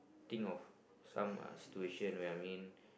think of some uh situation where I mean